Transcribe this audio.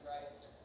Christ